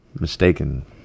mistaken